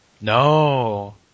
No